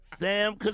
Sam